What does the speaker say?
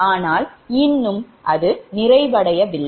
ஆனால் இன்னும் அது நிறைவடையவில்லை